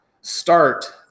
start